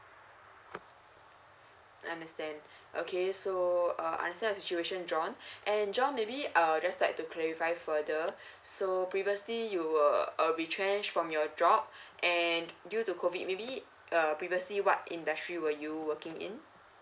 understand okay so uh I understand your situation john and john maybe I'll just like to clarify further so previously you uh uh retrench from your job and due to COVID maybe err previously what industry were you working in